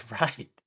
right